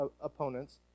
opponents